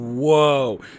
Whoa